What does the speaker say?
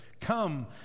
Come